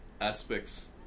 aspects